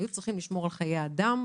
לשמור על חיי אדם